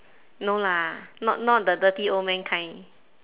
no lah not not the dirty old man kind